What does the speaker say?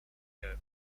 der